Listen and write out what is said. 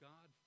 God